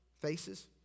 faces